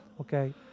Okay